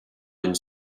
d’une